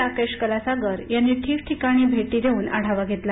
राकेश कलासागर यांनी ठिकठिकाणी भेटी देऊन आढावा घेतला